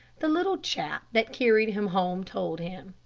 the little chap that carried him home told him.